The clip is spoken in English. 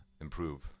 improve